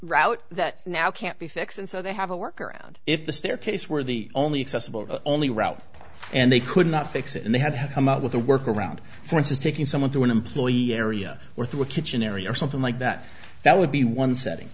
route that now can't be fixed and so they have a workaround if the staircase were the only accessible only route and they could not fix it and they had to have come up with a workaround for instance taking someone through an employee area or through a kitchen area or something like that that would be one setting